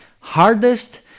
hardest